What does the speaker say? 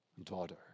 daughter